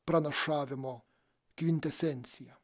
pranašavimo kvintesencija